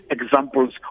examples